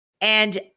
and-